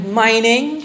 mining